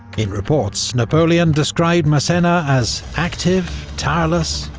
in reports, napoleon described massena as active, tireless,